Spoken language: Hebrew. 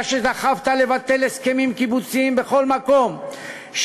אתה שדחפת לבטל הסכמים קיבוציים בכל מקום,